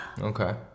Okay